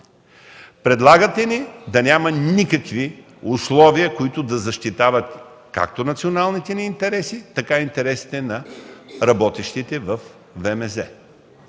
Предлагате ни да няма никакви условия, които да защитават както националните ни интереси, така и интересите на работещите във ВМЗ.